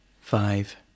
Five